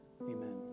amen